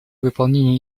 выполнения